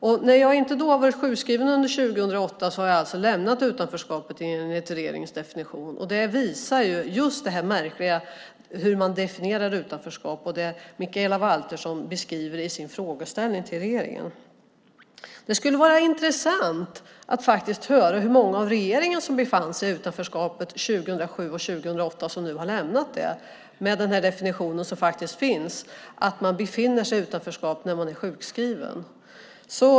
Eftersom jag inte varit sjukskriven under 2008 har jag alltså lämnat utanförskapet enligt regeringens definition. Det visar det märkliga i hur man definierar utanförskap och det Mikaela Valtersson beskriver i sin frågeställning till regeringen. Det skulle vara intressant att höra hur många i regeringen som befann sig i utanförskapet 2007 och 2008 som nu har lämnat det med den definition som faktiskt finns att man befinner sig i utanförskap när man är sjukskriven.